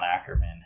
Ackerman